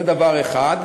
זה דבר אחד,